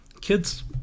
Kids